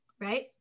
right